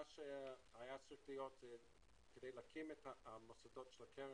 מה שהיה צריך להיות כדי להקים את המוסדות של הקרן,